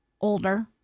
older